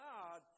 God